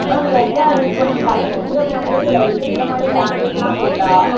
ma'am லைட்டாக எனக்கு கொஞ்சம் தலை சுற்றுற மாதிரியே வருது இந்த மாதிரி டேப்லெட்லாம் போட்டால்